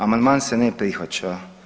Amandman se ne prihvaća.